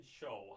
show